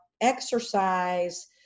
exercise